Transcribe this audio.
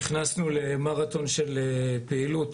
נכנסנו למרתון של פעילות